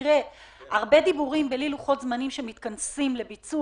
הרבה דיבורים, בלי לוחות זמנים לביצוע.